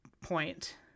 point